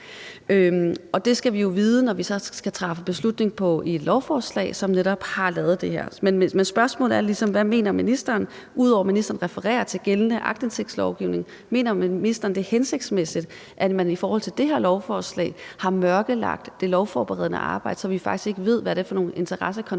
det skal vi jo så vide, når vi skal træffe beslutning om et lovforslag, som netop indeholder det her. Men spørgsmålet er ligesom, hvad ministeren, ud over at ministeren refererer til den gældende aktindsigtslovgivning, mener. Mener ministeren, at det er hensigtsmæssigt, at man i forhold til det her lovforslag har mørkelagt det lovforberedende arbejde, så vi faktisk ikke ved, hvad det er for nogle interessekonflikter